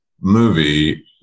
movie